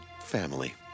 Family